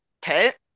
pet